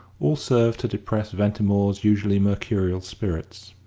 all served to depress ventimore's usually mercurial spirits.